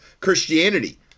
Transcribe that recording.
Christianity